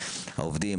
העובדים,